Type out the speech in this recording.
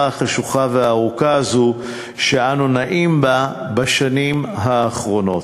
החשוכה והארוכה הזאת שאנו נעים בה בשנים האחרונות.